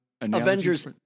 Avengers